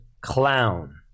clown